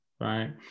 right